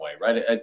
right